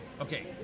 Okay